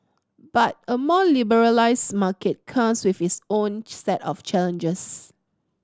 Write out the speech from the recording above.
but a more liberalised market comes with its own set of challenges